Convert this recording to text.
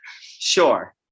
sure